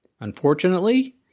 Unfortunately